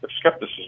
skepticism